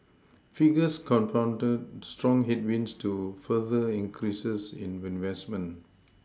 figures confounded strong headwinds to further increases in investment